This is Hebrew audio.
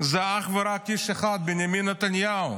זה אך ורק איש אחד, בנימין נתניהו.